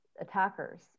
attackers